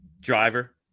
Driver